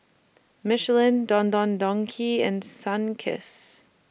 Michelin Don Don Donki and Sunkist